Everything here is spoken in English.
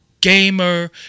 gamer